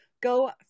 go